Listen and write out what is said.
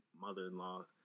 Mother-in-law